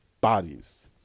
bodies